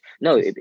no